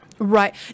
Right